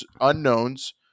unknowns